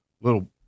little